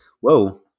Whoa